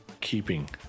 keeping